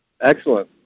Excellent